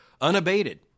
unabated